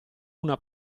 una